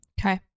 Okay